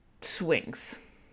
swings